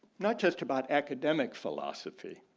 not just about academic philosophy